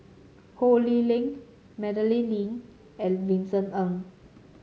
Ho Lee Ling Madeleine Lee and Vincent Ng